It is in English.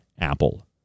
apple